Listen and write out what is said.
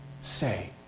say